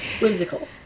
whimsical